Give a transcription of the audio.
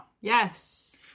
Yes